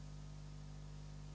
Hvala